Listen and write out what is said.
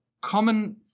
common